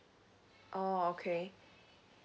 oh okay